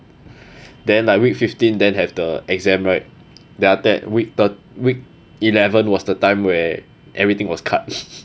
then like week fifteen then have the exam right then after that week week eleven was the time where everything was cut